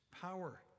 power